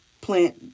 plant